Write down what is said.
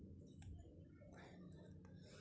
bank विनियमन राष्ट्रक अर्थव्यवस्था के लेल आवश्यक अछि